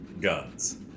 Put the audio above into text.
guns